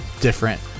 different